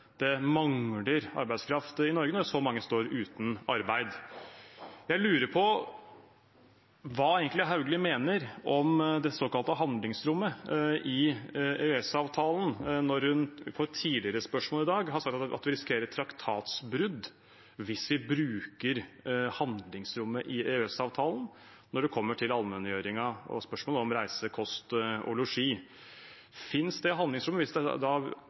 det mangler arbeidskraft i Norge når så mange står uten arbeid. Jeg lurer på hva Hauglie egentlig mener om det såkalte handlingsrommet i EØS-avtalen når hun til et tidligere spørsmål i dag sa at vi risikerer et traktatbrudd hvis vi bruker handlingsrommet i EØS-avtalen når det kommer til allmenngjøringen og spørsmålet om reise, kost og losji. Finnes det handlingsrommet hvis det